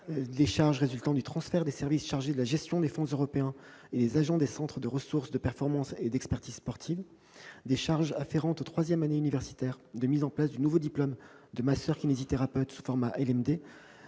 les charges résultant du transfert des services chargés de la gestion des fonds européens et des agents des centres de ressources, de performances et d'expertises sportives. Est également prévue la compensation des charges afférentes à la troisième année universitaire de mise en place du nouveau diplôme de masseur-kinésithérapeute sous le format LMD,